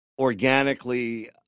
organically